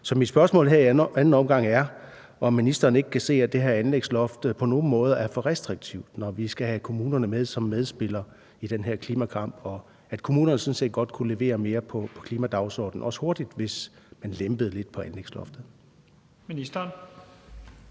anden omgang er, om ministeren ikke kan se, at det her anlægsloft på nogle måder er for restriktivt, når vi skal have kommunerne med som medspillere i den her klimakamp, og at kommunerne sådan set godt kunne levere mere på klimadagsordenen, også hurtigt, hvis man lempede lidt på anlægsloftet.